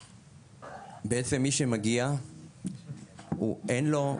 בעצם מי שמגיע אין לו,